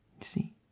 see